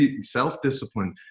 self-discipline